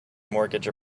mortgage